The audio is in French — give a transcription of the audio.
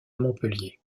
montpellier